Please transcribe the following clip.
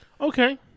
Okay